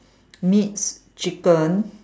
meats chicken